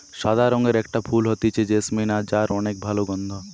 সাদা রঙের একটা ফুল হতিছে জেসমিন যার অনেক ভালা গন্ধ